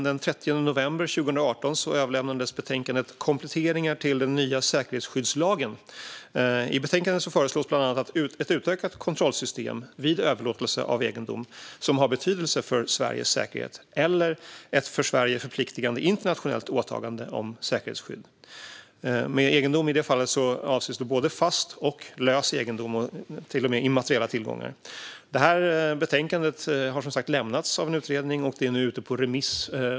Den 30 november 2018 överlämnades betänkandet Kompletteringar till den nya säkerhetsskyddslagen . I betänkandet föreslås bland annat ett utökat kontrollsystem vid överlåtelse av egendom "som har betydelse för Sveriges säkerhet eller ett för Sverige förpliktande internationellt åtagande om säkerhetsskydd". Med egendom avses i det fallet både fast och lös egendom, till och med immateriella tillgångar. Betänkandet har som sagt lämnats av en utredning och är nu ute på remiss.